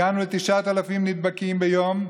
הגענו ל-9,000 נדבקים ביום.